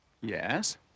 Yes